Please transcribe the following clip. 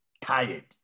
Tired